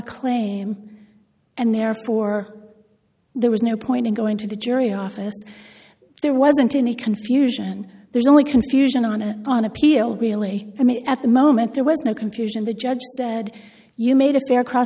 claim and therefore there was no point in going to the jury office there wasn't any confusion there's only confusion on and on appeal really i mean at the moment there was no confusion the judge said you made a fair cross